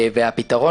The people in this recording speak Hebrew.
והפתרון,